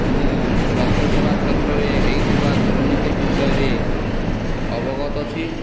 ମୁଁ ସ୍ୱାସ୍ଥ୍ୟ ସେବା କ୍ଷେତ୍ରରେ ହୋଇଥିବା ଦୁର୍ନୀତି ବିଷୟରେ ଅବଗତ ଅଛି